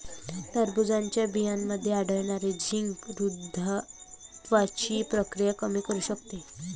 टरबूजच्या बियांमध्ये आढळणारे झिंक वृद्धत्वाची प्रक्रिया कमी करू शकते